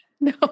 No